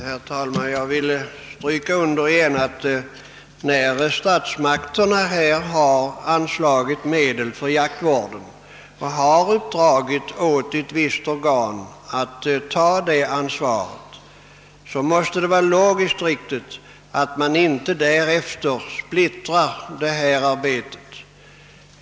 Herr talman! Jag vill åter understryka att när statsmakterna har anslagit medel för jaktvård och har uppdragit åt ett visst organ att ta ansvaret för denna, måste det vara logiskt riktigt att inte därefter splittra detta arbete.